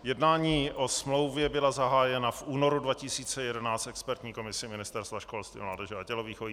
Jednání o smlouvě byla zahájena v únoru 2011 expertní komisí Ministerstva školství, mládeže a tělovýchovy.